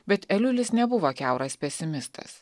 bet eliulis nebuvo kiauras pesimistas